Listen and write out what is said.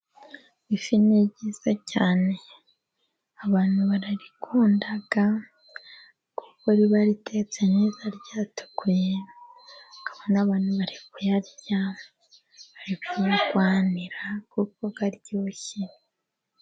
Ifi ni nziza cyane abantu barayikunda kuko iba itetse neza yatukuye ukabona n'abantu barikuyarya bari kuyarwanira kuko aryoshye.